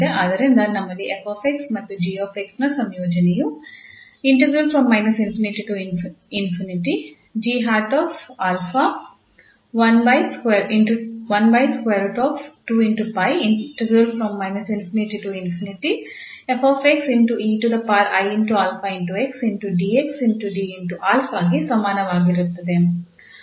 ಆದ್ದರಿಂದ ನಮ್ಮಲ್ಲಿ 𝑓𝑥 ಮತ್ತು 𝑔𝑥 ನ ಸಂಯೋಜನೆಯು ಗೆ ಸಮನಾಗಿರುತ್ತದೆ